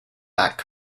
back